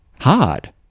hard